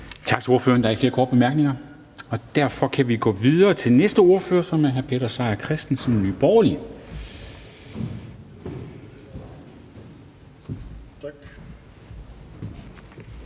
Tak til ordføreren. Der er ikke flere korte bemærkninger, og derfor kan vi gå videre til næste ordfører, som er hr. Peter Seier Christensen, Nye Borgerlige. Kl.